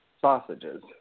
sausages